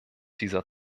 dieser